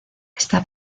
está